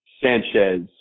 Sanchez